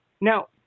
Now